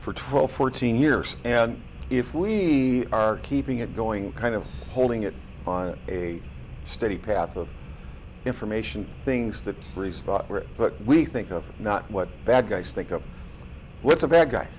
for twelve fourteen years and if we are keeping it going kind of holding it on a steady path of information things that breeze but we think of not what bad guys think of what's a bad guy